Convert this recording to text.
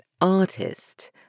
artist